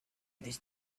these